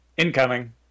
Incoming